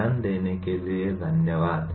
ध्यान देने के लिये धन्यवाद